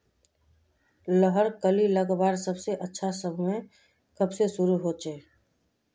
लहर कली लगवार सबसे अच्छा समय कब से शुरू होचए?